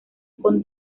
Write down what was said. con